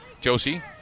Josie